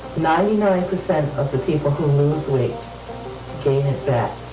ninety nine percent of the people who lose weight gain it back.